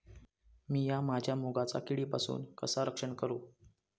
मीया माझ्या मुगाचा किडीपासून कसा रक्षण करू?